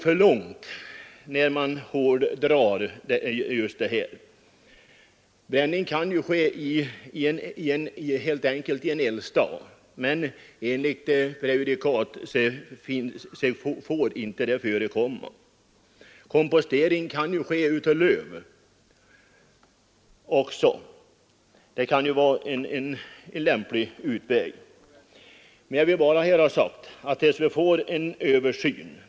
Ris, kvistar och löv får således inte brännas om kommunen utnyttjar den möjlighet som lagstiftningen ger, och den har utnyttjats bl.a. av Göteborg. Det måste ändå vara att gå för långt. Bränning kan utan olägenhet ske i en eldstad.